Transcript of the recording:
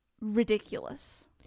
ridiculous